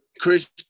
chris